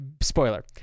Spoiler